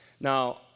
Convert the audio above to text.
Now